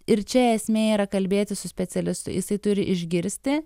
ir čia esmė yra kalbėtis su specialistu jisai turi išgirsti